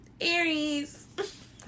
Aries